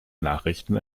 nachrichten